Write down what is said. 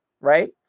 right